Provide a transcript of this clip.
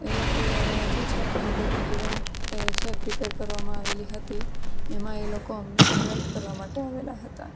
એ લોકો દ્વારા જે છે ઘણી બધી ઇવેન્ટ એ છે પ્રિપેર કરવામાં આવેલી હતી એમાં એ લોકો અમને ઇન્વાઇટ કરવા માટે આવેલા હતા અને